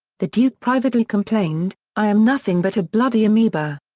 the duke privately complained, i am nothing but a bloody amoeba.